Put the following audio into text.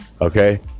okay